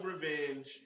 Revenge